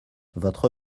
votre